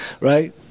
right